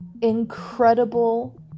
incredible